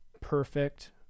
perfect